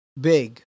big